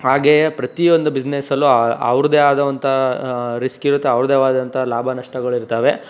ಹಾಗೆಯೇ ಪ್ರತಿಯೊಂದು ಬಿಸ್ನೆಸಲ್ಲು ಅವ್ರದ್ದೇ ಆದವಂಥ ರಿಸ್ಕ್ ಇರುತ್ತೆ ಅವ್ರದ್ದೇಯಾದಂಥ ಲಾಭ ನಷ್ಟಗಳು ಇರ್ತಾವೆ